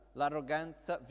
l'arroganza